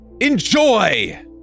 Enjoy